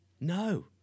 No